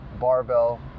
barbell